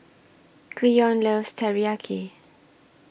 Cleon loves Teriyaki